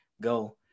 go